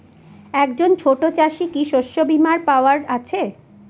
একজন ছোট চাষি কি শস্যবিমার পাওয়ার আছে?